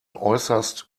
äußerst